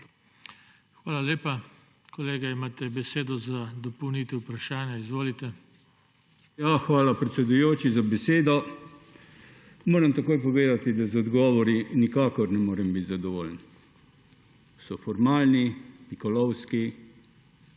Hvala lepa. Kolega, imate besedo za dopolnitev vprašanja. Izvolite. **VOJKO STAROVIĆ (PS SAB):** Hvala, predsedujoči, za besedo. Moram takoj povedati, da z odgovori nikakor ne morem biti zadovoljen. So formalni, pikolovski